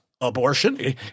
abortion